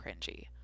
cringy